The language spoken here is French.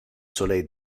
soleil